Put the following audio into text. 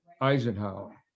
Eisenhower